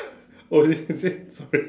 oh this is it sorry